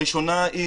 אחת,